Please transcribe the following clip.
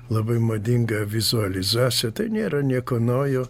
labai madinga vizualizacija tai nėra nieko naujo